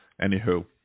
Anywho